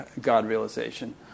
God-realization